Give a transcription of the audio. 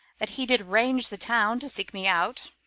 that he did range the town to seek me out.